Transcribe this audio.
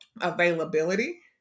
availability